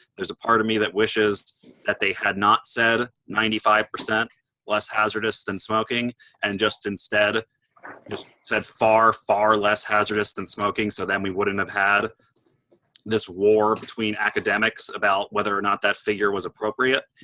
there's a part of me that wishes that they had not said ninety five percent less hazardous than smoking and just instead just said, far, far less hazardous than smoking, so then we wouldn't have had this war between academics about whether or not that figure was appropriate.